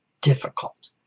difficult